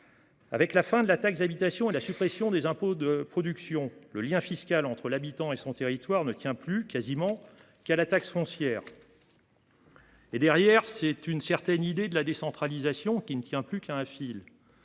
Avec la fin de la taxe d’habitation et la suppression des impôts de production, le lien fiscal entre l’habitant et son territoire ne tient quasiment plus qu’à la taxe foncière. Et, derrière, c’est une certaine idée de la décentralisation qui ne tient plus qu’à un fil